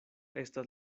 estas